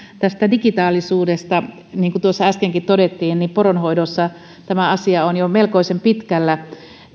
tästä digitaalisuudesta niin kuin tuossa äskenkin todettiin poronhoidossa tämä asia on jo melkoisen pitkällä